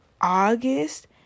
August